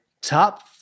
top